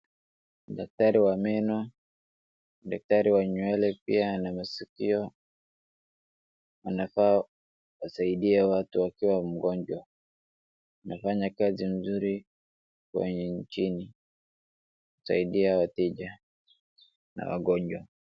Daktari wa meno, daktari wa nywele pia ana maskio, wanafaa wasaidie watu wakiwa mgonjwa. Wanafanya kazi mzuri kwenye nchini, kusaidia wateja na wagonjwa.